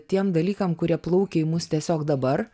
tiem dalykam kurie plaukia į mus tiesiog dabar